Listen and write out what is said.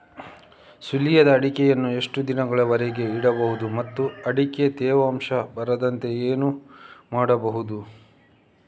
ಸುಲಿಯದ ಅಡಿಕೆಯನ್ನು ಎಷ್ಟು ದಿನಗಳವರೆಗೆ ಇಡಬಹುದು ಮತ್ತು ಅಡಿಕೆಗೆ ತೇವಾಂಶ ಬರದಂತೆ ಏನು ಮಾಡಬಹುದು?